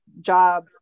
job